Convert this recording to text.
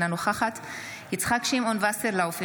אינה נוכחת יצחק שמעון וסרלאוף,